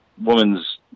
woman's